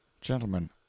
gentlemen